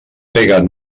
pegat